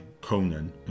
Conan